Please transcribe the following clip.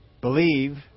Believe